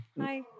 Hi